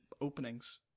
openings